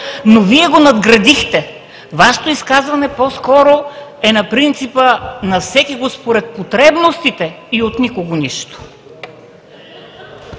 но Вие го надградихте. Вашето изказване по-скоро е на принципа: на всекиго според потребностите и от никого нищо.